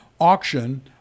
auction